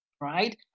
Right